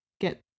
get